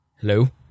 Hello